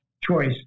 choice